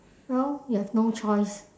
well we have no choice